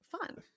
fun